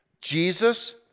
Jesus